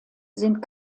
sind